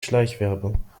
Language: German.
schleichwerbung